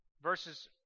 verses